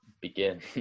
begin